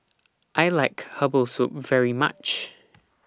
I like Herbal Soup very much